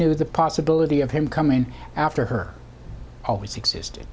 knew the possibility of him coming after her always existed